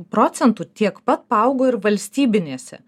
procentų tiek pat paaugo ir valstybinėse